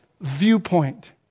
viewpoint